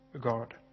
God